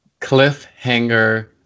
Cliffhanger